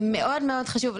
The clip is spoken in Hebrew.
מאוד מאוד חשוב.